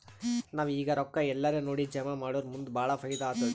ನಾವ್ ಈಗ್ ರೊಕ್ಕಾ ಎಲ್ಲಾರೇ ನೋಡಿ ಜಮಾ ಮಾಡುರ್ ಮುಂದ್ ಭಾಳ ಫೈದಾ ಆತ್ತುದ್